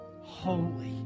holy